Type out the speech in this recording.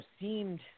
seemed